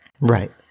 right